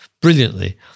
brilliantly